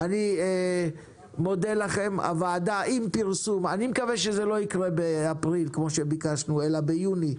אני מקווה שזה לא יקרה באפריל, שזה יקרה ביוני,